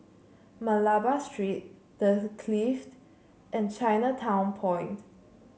Malabar Street The Clift and Chinatown Point